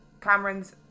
Cameron's